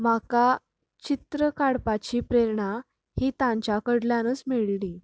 म्हाका चित्र काडपाची प्रेरणा ही तांच्या कडल्यानूच मेळली